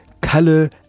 color